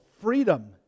freedom